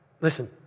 Listen